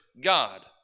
God